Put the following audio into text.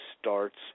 starts